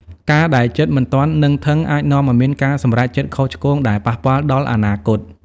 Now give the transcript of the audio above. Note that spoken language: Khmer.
ការដែលចិត្តមិនទាន់នឹងធឹង អាចនាំឱ្យមានការសម្រេចចិត្តខុសឆ្គងដែលប៉ះពាល់ដល់អនាគត។